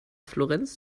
florenz